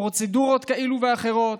פרוצדורות כאלה ואחרות,